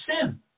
sin